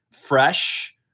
fresh